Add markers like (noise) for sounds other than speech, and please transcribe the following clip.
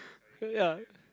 (noise) ya